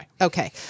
Okay